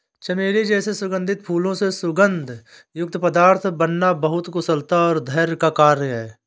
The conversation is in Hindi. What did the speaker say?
चमेली जैसे सुगंधित फूलों से सुगंध युक्त पदार्थ बनाना बहुत कुशलता और धैर्य का कार्य है